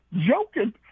joking